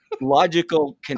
logical